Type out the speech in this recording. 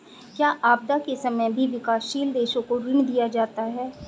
क्या आपदा के समय भी विकासशील देशों को ऋण दिया जाता है?